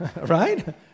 Right